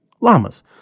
llamas